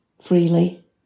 freely